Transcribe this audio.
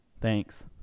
Thanks